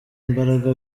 imbaraga